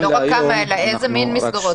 ואיזה מין מסגרות